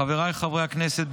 חבריי חברי הכנסת,